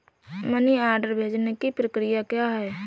Money order भेजने की प्रक्रिया क्या है?